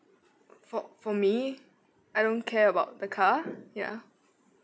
for for me I don't care about the car ya